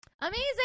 Amazing